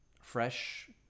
fresh